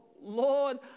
Lord